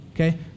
Okay